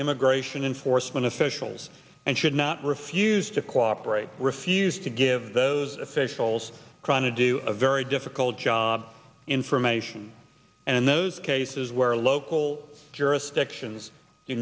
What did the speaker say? immigration enforcement officials and should not refuse to cooperate refuse to give those officials trying to do a very difficult job information and those cases where local jurisdictions